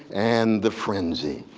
and the frenzy.